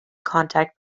contact